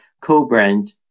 co-brand